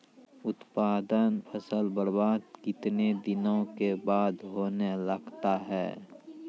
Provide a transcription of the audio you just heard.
उत्पादन फसल बबार्द कितने दिनों के बाद होने लगता हैं?